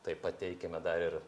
taip pat teikiame dar ir